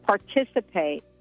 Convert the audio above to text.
Participate